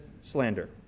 slander